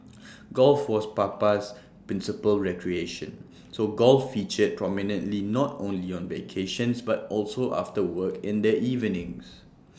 golf was Papa's principal recreation so golf featured prominently not only on vacations but also after work in the evenings